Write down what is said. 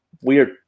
weird